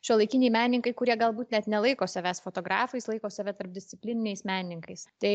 šiuolaikiniai menininkai kurie galbūt net nelaiko savęs fotografais laiko save tarpdisciplininiais menininkais tai